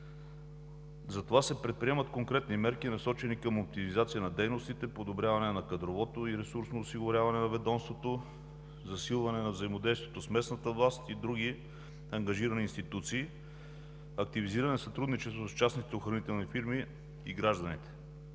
Затова се предприемат конкретни мерки, насочени към оптимизация на дейностите, подобряване на кадровото и ресурсно осигуряване на ведомството, засилване на взаимодействието с местната власт и други ангажирани институции, активизиране на сътрудничеството с частните охранителни фирми и гражданите,